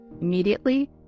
immediately